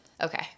Okay